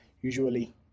usually